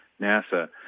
NASA